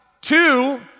Two